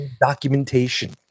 documentation